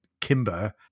Kimber